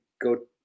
go